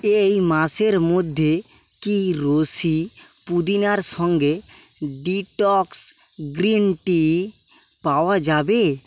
এই মাসের মধ্যে কি রোসি পুদিনার সঙ্গে ডিটক্স গ্রিন টি পাওয়া যাবে